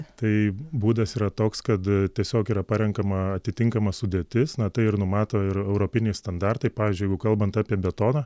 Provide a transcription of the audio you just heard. tai būdas yra toks kad tiesiog yra parenkama atitinkama sudėtis na tai numato ir europiniai standartai pavyzdžiui jeigu kalbant apie betoną